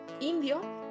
indio